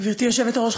גברתי היושבת-ראש,